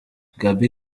gaby